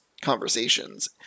conversations